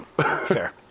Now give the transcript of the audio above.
Fair